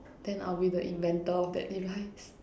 then I'll be the inventor of that device